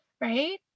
right